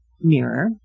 mirror